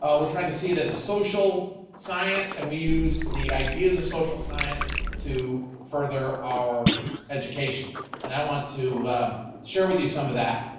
we're trying to see it as a social science and we use the ideas of social science to further our education and i want to share with you some of that.